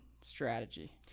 strategy